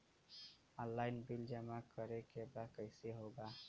Online bill जमा करे के बा कईसे होगा?